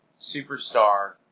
superstar